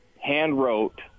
hand-wrote